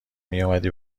میومدی